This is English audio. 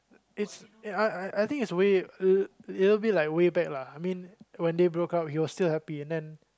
it's I I think it's way a little bit like way back lah I mean when they broke up he was still happy and then